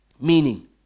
Meaning